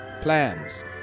plans